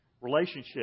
relationship